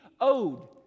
owed